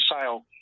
sale